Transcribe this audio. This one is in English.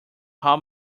how